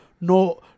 No